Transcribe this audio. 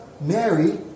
Mary